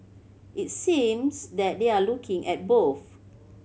it seems that they're looking at both